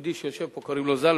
יהודי שיושב פה וקוראים לו זלמן.